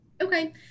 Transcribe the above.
okay